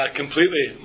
completely